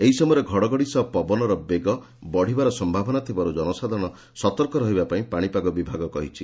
ଏହି ସମୟରେ ଘଡ଼ଘଡ଼ି ସହ ପବନର ବେଗ ବଢ଼ିବାର ସୟାବନା ଥିବାରୁ ଜନସାଧାରଣ ସତର୍କ ରହିବା ପାଇଁ ପାଶିପାଗ ବିଭାଗ କହିଛି